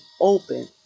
open